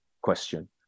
question